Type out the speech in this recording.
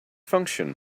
function